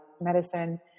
medicine